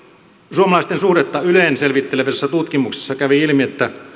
suomalaisten suhdetta yleen selvittelevässä tutkimuksessa kävi ilmi että